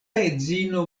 edzino